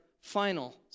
final